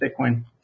Bitcoin